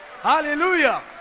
Hallelujah